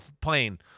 plane